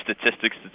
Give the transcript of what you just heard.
statistics